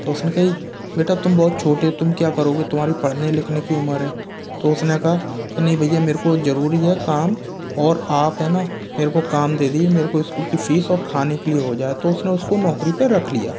तो उसने कही बेटा तुम बहुत छोटे तुम क्या करोगे तुम्हारे पढ़ने लिखने की उम्र है तो उसने कहा कि नहीं भैया मेरे को ज़रूरी है काम और आप है न मेरे को काम दे दीजिए मेरे को स्कूल की फ़ीस और खाना के लिए हो जाए तो उसने उसको नौकरी पर रख लिया